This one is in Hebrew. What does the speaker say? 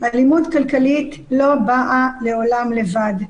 אלימות כלכלית לא באה לעולם לבד,